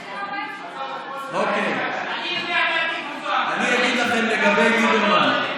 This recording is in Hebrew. אני אגיד לכם לגבי ליברמן.